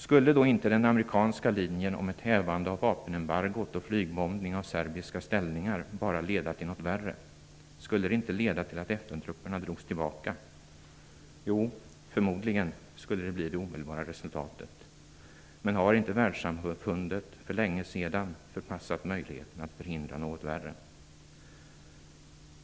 Skulle då inte den amerikanska linjen om ett hävande av vapenambargot och flygbombning av serbiska ställningar bara leda till något värre? Skulle det inte leda till att FN-trupperna drogs tillbaka? Jo, förmodligen skulle det bli det omedelbara resultatet. Men har inte världssamfundet för länge sedan förpassat möjligheten att förhindra något värre?